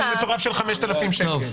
אלו דפי החשבון שלי" הוא לא צריך אפילו ללכת,